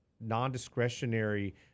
non-discretionary